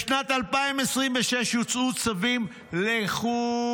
בשנת 2026 יוצאו צווים לכולם,